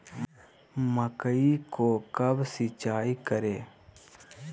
मकई को कब सिंचाई करे?